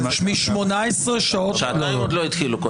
שעתיים עוד לא התחילו.